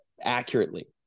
accurately